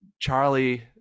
Charlie